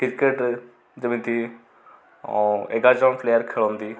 କ୍ରିକେଟରେ ଯେମିତି ଏଗାର ଜଣ ପ୍ଲେୟାର ଖେଳନ୍ତି